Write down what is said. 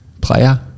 player